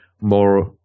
more